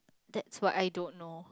that's what I don't know